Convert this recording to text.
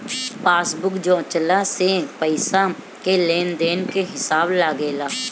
passbook जाँचला से पईसा के लेन देन के हिसाब लागेला